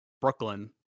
Brooklyn